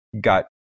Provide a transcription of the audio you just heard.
got